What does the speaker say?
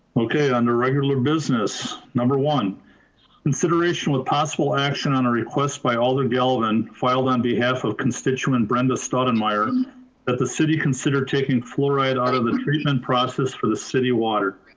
okay, under regular business. number one consideration with possible action on a request by alder gilvan filed on behalf of constituent, brenda, stottlemyre that the city consider taking fluoride out of the treatment process for the city water.